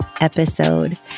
episode